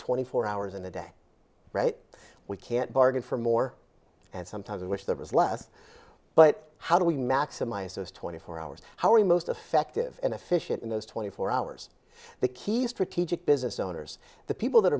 twenty four hours in a day we can't bargain for more and sometimes wish there was less but how do we maximize those twenty four hours how are you most effective and efficient in those twenty four hours the key strategic business owners the people that